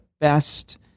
best